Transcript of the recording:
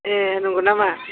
ए नंगौ नामा